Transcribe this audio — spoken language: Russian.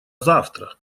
завтра